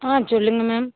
ஆ சொல்லுங்கள் மேம்